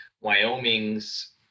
Wyoming's